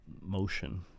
motion